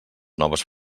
noves